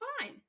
fine